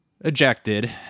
ejected